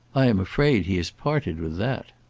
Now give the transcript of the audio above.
i am afraid he has parted with that.